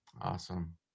Awesome